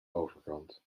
overkant